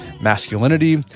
masculinity